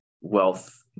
wealth